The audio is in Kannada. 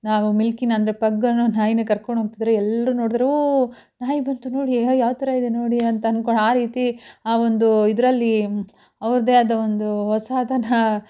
ನಾವು ಮಿಲ್ಕಿನ ಅಂದರೆ ಪಗ್ ಅನ್ನೋ ನಾಯಿನ ಕರ್ಕೊಂಡ್ಹೋಗ್ತಿದ್ರೆ ಎಲ್ಲರೂ ನೋಡ್ತಾರೆ ಓ ನಾಯಿ ಬಂತು ನೋಡಿ ಅಯ್ಯೋ ಯಾವ ಥರ ಇದೆ ನೋಡಿ ಅಂತ ಅನ್ಕೊಂಡು ಆ ರೀತಿ ಆ ಒಂದು ಇದರಲ್ಲಿ ಅವ್ರದ್ದೇ ಆದ ಒಂದು ಹೊಸತನ